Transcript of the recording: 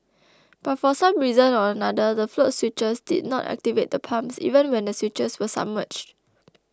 but for some reason or another the float switches did not activate the pumps even when the switches were submerged